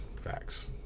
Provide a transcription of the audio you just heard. Facts